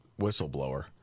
whistleblower